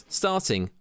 starting